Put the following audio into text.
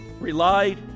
relied